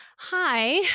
Hi